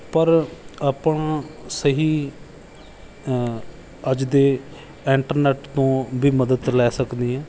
ਪਰ ਆਪਾਂ ਸਹੀ ਅੱਜ ਦੇ ਇੰਟਰਨੈਟ ਤੋਂ ਵੀ ਮਦਦ ਲੈ ਸਕਦੇ ਹਾਂ